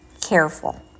careful